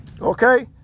Okay